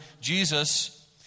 Jesus